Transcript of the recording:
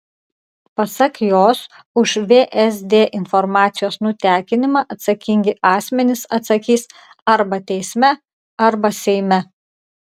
pasak jos už vsd informacijos nutekinimą atsakingi asmenys atsakys arba teisme arba seime